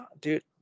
dude